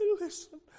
listen